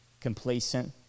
Complacent